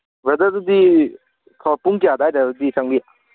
brother ꯑꯗꯨꯗꯤ ꯄꯨꯡ ꯀꯌꯥ ꯑꯗꯥꯏꯗꯗꯤ ꯆꯪꯕꯤ